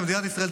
כמדינת ישראל,